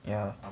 yeah